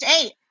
eight